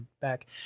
back